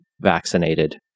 vaccinated